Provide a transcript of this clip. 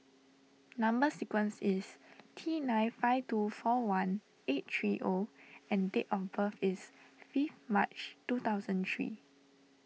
Number Sequence is T nine five two four one eight three O and date of birth is fifth March two thousand three